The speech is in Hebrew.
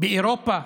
באירופה,